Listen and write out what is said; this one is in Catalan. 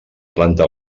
planta